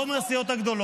נכון.